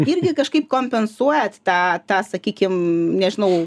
irgi kažkaip kompensuojat tą tą sakykim nežinau